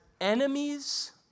enemies